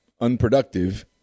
unproductive